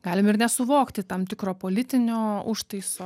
galim ir nesuvokti tam tikro politinio užtaiso